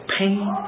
pain